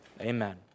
Amen